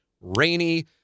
rainy